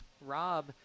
Rob